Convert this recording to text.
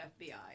FBI